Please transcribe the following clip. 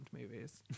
movies